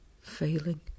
failing